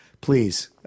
please